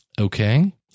Okay